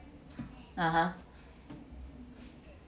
(uh huh)